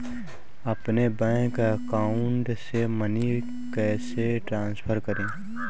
अपने bank account से money कैसे ट्रांसफर करें?